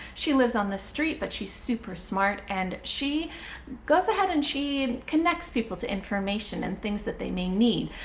she lives on the street but she's super smart and she goes ahead and she connects people to information and things that they may need.